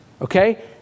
Okay